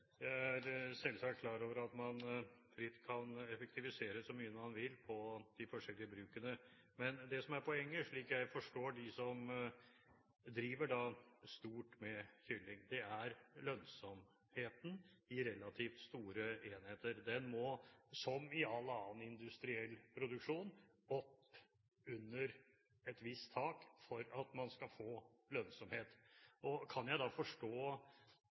er selvsagt klar over at man fritt kan effektivisere så mye man vil på de forskjellige brukene, men det som er poenget, slik jeg forstår dem som driver stort med kylling, er lønnsomheten i relativt store enheter. Den må, som i all annen industriell produksjon, opp under et visst tak for at man skal få lønnsomhet. Kan jeg da forstå